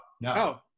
no